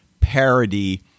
parody